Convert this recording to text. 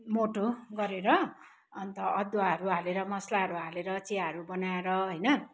मोटो गरेर अन्त अदुवाहरू हालेर मसलाहरू हालेर चियाहरू बनाएर होइन